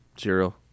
Zero